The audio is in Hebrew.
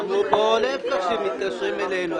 אמרו פה להיפך, שהם מתקשרים אלינו.